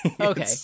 okay